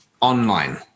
online